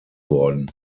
worden